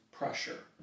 Pressure